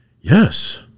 yes